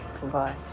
Goodbye